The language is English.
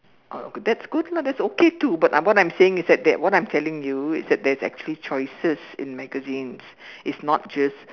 that's good lah that's okay too but what I'm saying is that that what I'm telling you is that there is actually choices in magazines it's not just